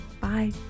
Bye